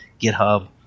GitHub